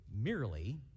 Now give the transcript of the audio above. merely